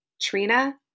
trina